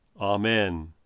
Amen